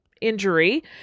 injury